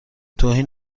توهین